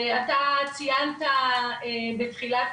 אתה דיברת בתחילת